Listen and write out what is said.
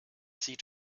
sieht